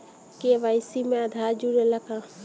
KYC में आधार जुड़े ला का?